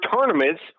tournaments